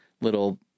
little